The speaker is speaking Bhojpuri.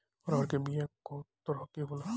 अरहर के बिया कौ तरह के होला?